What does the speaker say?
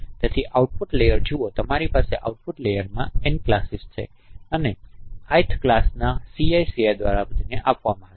તેથી output layer જુઓ કે તમારી પાસે આઉટપુટ લેયરમાં N ક્લાસીસ છે અને ith ક્લાસના Ci દ્વારા તેને આપવામાં આવે છે